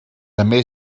també